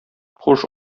хуш